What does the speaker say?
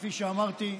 כפי שאמרתי,